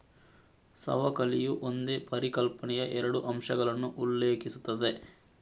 ಸವಕಳಿಯು ಒಂದೇ ಪರಿಕಲ್ಪನೆಯ ಎರಡು ಅಂಶಗಳನ್ನು ಉಲ್ಲೇಖಿಸುತ್ತದೆ